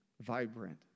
vibrant